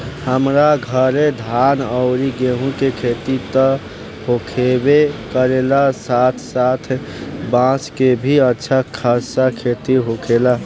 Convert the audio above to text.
हमरा घरे धान अउरी गेंहू के खेती त होखबे करेला साथे साथे बांस के भी अच्छा खासा खेती होखेला